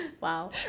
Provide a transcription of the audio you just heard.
wow